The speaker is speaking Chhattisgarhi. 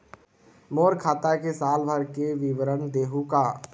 मोर खाता के साल भर के विवरण देहू का?